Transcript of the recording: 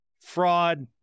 fraud